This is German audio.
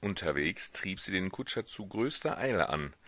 unterwegs trieb sie den kutscher zu größter eile an